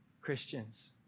Christians